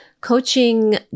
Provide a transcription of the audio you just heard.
Coaching